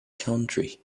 country